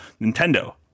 Nintendo